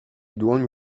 dłoń